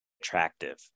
attractive